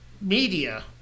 media